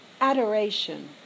Adoration